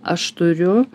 aš turiu